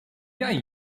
jij